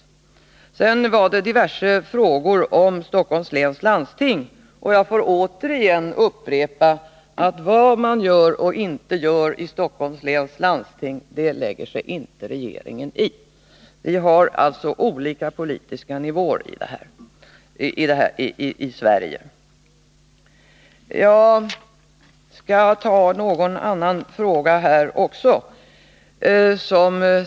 Stina Andersson ställde diverse frågor om Stockholms läns landsting. Jag får upprepa att regeringen inte lägger sig i vad man gör och inte gör i Stockholms läns landsting. Vi har olika politiska nivåer här i landet.